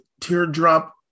teardrop